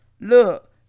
look